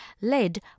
led